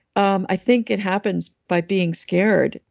um i think it happens by being scared,